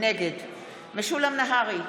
נגד משולם נהרי,